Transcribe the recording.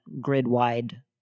grid-wide